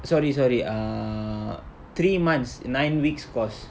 sorry sorry err err three months nine weeks course